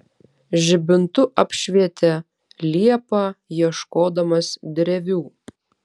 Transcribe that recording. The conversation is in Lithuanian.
žibintu apšvietė liepą ieškodamas drevių